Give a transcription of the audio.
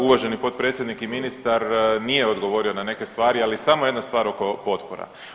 Uvaženi potpredsjednik i ministar nije odgovorio na neke stvari, ali samo jedna stvar oko potpora.